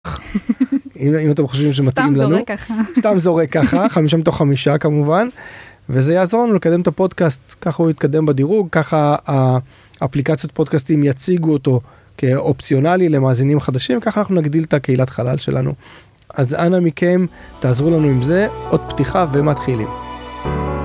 אם אתם חושבים שמתאים לנו סתם זורק ככה חמישה מתוך חמישה כמובן וזה יעזור לקדם את הפודקאסט ככה הוא יתקדם בדירוג ככה אפליקציות פודקאסטים יציגו אותו, כאופציונלי למאזינים חדשים ככה נגדיל את הקהילת חלל שלנו אז אנא מכם, תעזרו לנו עם זה, עוד פתיחה ומתחילים.